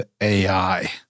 AI